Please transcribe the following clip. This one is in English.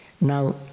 Now